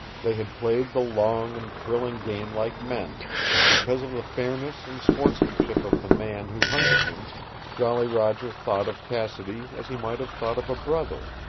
they had played the long and thrilling game like men, and because of the fairness and sportsmanship of the man who hunted him jolly roger thought of cassidy as he might have thought of a brother,